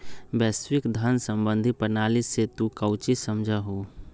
वैश्विक धन सम्बंधी प्रणाली से तू काउची समझा हुँ?